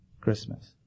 Christmas